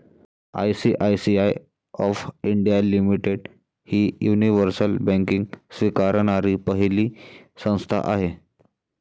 ICICI of India limited ही universal banking स्वीकारणारी पहिली संस्था आहे